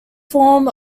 form